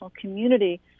community